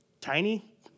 tiny